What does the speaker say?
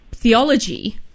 theology